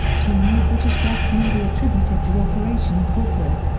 two more british deaths may be attributed to operation corporate,